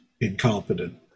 incompetent